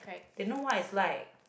they know what is like